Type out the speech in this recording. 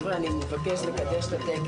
היו מדברים במונחים של שש עד שבע מילים.